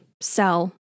sell